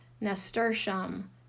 nasturtium